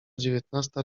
dziewiętnasta